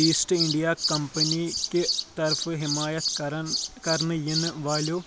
east India Company کہِ طرفہٕ حمایت کرن کرنہٕ یِنہٕ والیٛو